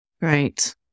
Right